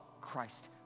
Christ